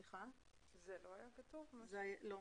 לא.